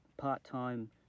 part-time